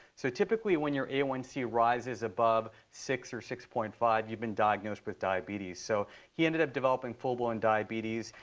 so typically when you're a one c rises above six or six point five, you've been diagnosed with diabetes. so he ended up developing full-blown diabetes.